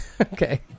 Okay